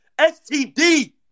STD